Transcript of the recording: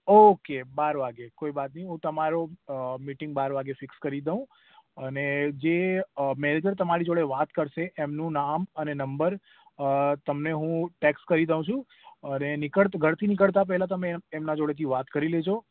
okay બાર વાગે કોઈ બાત નહીં હું તમારો મિટિંગ બાર વાગ્યે ફિક્સ કરી દઉં અને જે મેનેજર તમારી જોડે વાત કરશે એમનું નામ અને નંબર તમને હું ટેક્સ્ટ કરી દઉં છું અને નીકળત ઘરથી નીકળતા પહેલાં તમે એમના જોડેથી વાત કરી લેજો